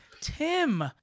tim